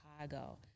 Chicago –